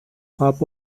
half